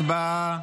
הצבעה.